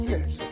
Yes